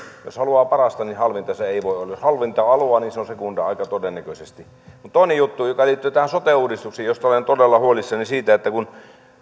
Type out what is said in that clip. jos haluaa parasta niin halvinta se ei voi olla jos halvinta haluaa niin se on sekundaa aika todennäköisesti mutta toinen juttu joka liittyy tähän sote uudistukseen ja josta olen todella huolissani kun